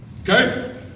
Okay